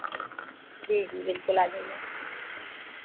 जी जी बिल्कुल आ जाइए